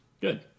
Good